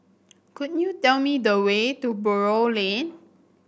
could you tell me the way to Buroh Lane